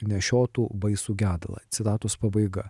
nešiotų baisų gedulą citatos pabaiga